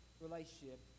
relationship